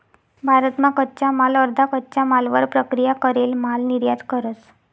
भारत मा कच्चा माल अर्धा कच्चा मालवर प्रक्रिया करेल माल निर्यात करस